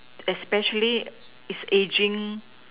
especially it's aging